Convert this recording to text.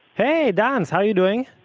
hey, danz, how you doing?